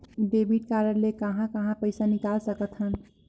Debit card ले कहां कहां पइसा निकाल सकथन?